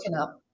up